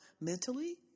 mentally